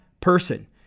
person